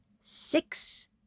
six